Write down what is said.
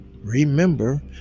remember